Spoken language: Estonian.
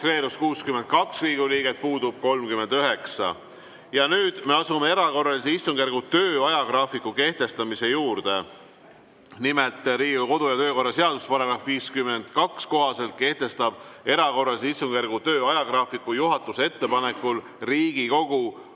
registreerus 62 Riigikogu liiget, puudub 39. Nüüd me asume erakorralise istungjärgu töö ajagraafiku kehtestamise juurde. Nimelt, Riigikogu kodu- ja töökorra seaduse § 52 kohaselt kehtestab erakorralise istungjärgu töö ajagraafiku juhatuse ettepanekul Riigikogu